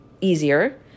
Easier